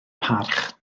parch